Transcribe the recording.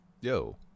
Yo